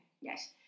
Yes